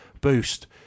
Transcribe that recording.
boost